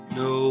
no